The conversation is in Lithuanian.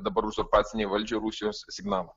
dabar uzurpacinei valdžiai rusijos signalą